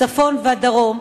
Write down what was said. הצפון והדרום,